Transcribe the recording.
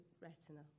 retina